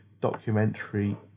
documentary